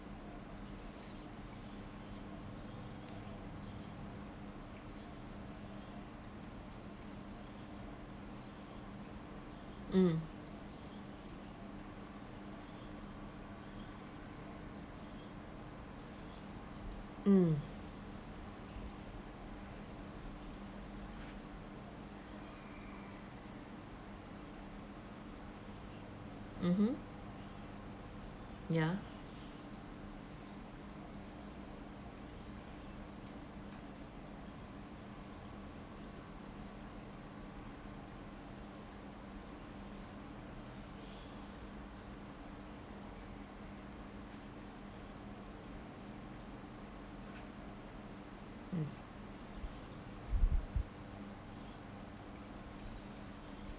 mm mm mmhmm ya mm